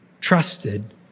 trusted